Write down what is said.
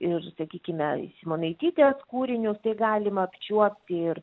ir sakykime simonaitytės kūrinius tai galima apčiuopti ir